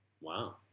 Wow